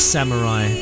Samurai